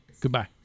Goodbye